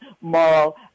moral